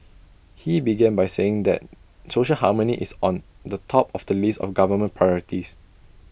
he began by saying that social harmony is on the top of the list of government priorities